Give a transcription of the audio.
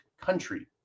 country